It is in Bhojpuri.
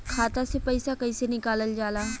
खाता से पैसा कइसे निकालल जाला?